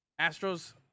Astros